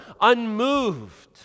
unmoved